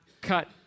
cut